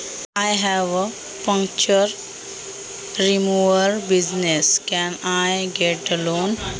माझा पंक्चर काढण्याचा व्यवसाय आहे मला कर्ज मिळेल का?